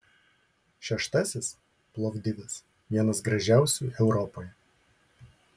šeštasis plovdivas vienas gražiausių europoje